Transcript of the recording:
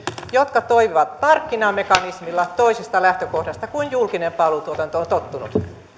jotka toimivat markkinamekanismilla toisesta lähtökohdasta kuin mihin julkinen palvelutuotanto on tottunut